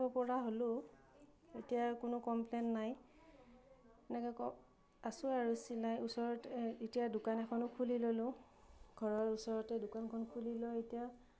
চিলাব পৰা হ'লো এতিয়া কোনো কমপ্লেন নাই সেনেকৈ আছোঁ আৰু চিলাই ওচৰত এতিয়া দোকান এখনো খুলি ল'লোঁ ঘৰৰ ওচৰতে দোকানখন খুলি লৈ এতিয়া